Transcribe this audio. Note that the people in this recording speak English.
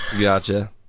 Gotcha